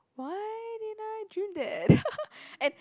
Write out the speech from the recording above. why did I dream that and